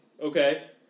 Okay